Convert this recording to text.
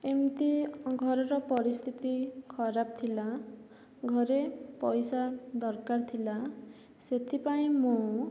ଏମିତି ଘରର ପରିସ୍ଥିତି ଖରାପ ଥିଲା ଘରେ ପଇସା ଦରକାର ଥିଲା ସେଥିପାଇଁ ମୁଁ